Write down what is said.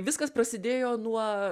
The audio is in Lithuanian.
viskas prasidėjo nuo